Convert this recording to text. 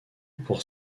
pour